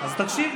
תתנהגי